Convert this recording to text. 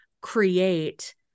create